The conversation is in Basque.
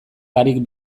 barik